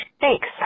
Thanks